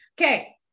Okay